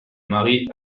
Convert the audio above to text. mari